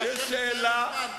לשמונה?